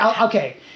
Okay